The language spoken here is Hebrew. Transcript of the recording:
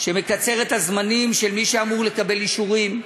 שמקצר את הזמנים של מי שאמור לקבל אישורים,